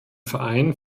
verein